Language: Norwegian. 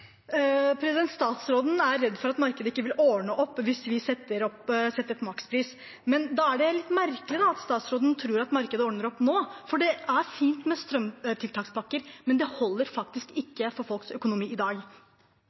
Statsråden er redd for at markedet ikke vil ordne opp hvis vi setter en makspris, men da er det litt merkelig at statsråden tror at markedet ordner opp nå. Det er fint med strømtiltakspakker, men det holder faktisk ikke for folks økonomi i dag.